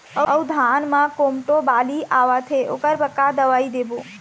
अऊ धान म कोमटो बाली आवत हे ओकर बर का दवई देबो?